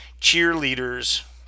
cheerleaders